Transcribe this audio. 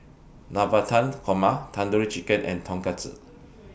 Navratan Korma Tandoori Chicken and Tonkatsu